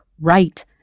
Right